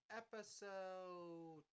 episode